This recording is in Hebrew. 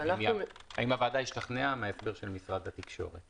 האם הוועדה השתכנעה מן ההסבר של משרד התקשורת.